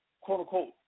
quote-unquote